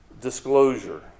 disclosure